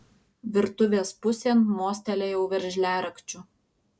virtuvės pusėn mostelėjau veržliarakčiu